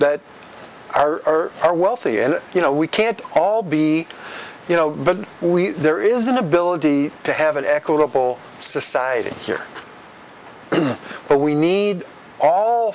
that that are are wealthy and you know we can't all be you know but we there is an ability to have an equitable society here but we need all